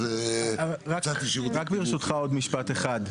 אז קצת ישירות --- רק ברשותך, עוד משפט אחד.